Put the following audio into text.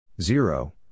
Zero